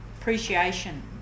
appreciation